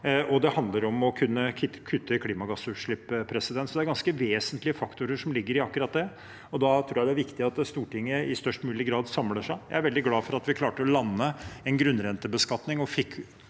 det handler om å kutte klimagassutslipp. Det er ganske vesentlige faktorer som ligger i akkurat det, og da tror jeg det er viktig at Stortinget i størst mulig grad samler seg. Jeg er veldig glad for at vi klarte å lande en grunnrentebeskatning, og at